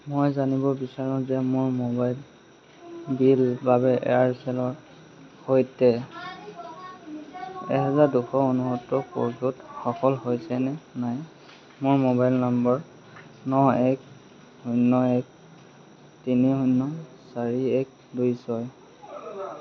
মই জানিব বিচাৰো যে মোৰ মোবাইল বিলৰ বাবে এয়াৰচেলৰ সৈতে এহেজাৰ দুশ ঊনসত্তৰ পৰিশোধ সফল হৈছিল নে নাই মোৰ মোবাইল নাম্বাৰ ন এক শূন্য এক তিনি শূন্য চাৰি এক দুই ছয়